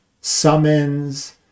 summons